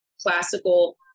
classical